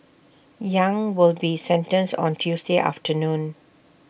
yang will be sentenced on Tuesday afternoon